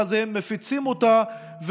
ואז הם מפיצים אותה,